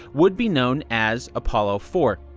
would be known as apollo four.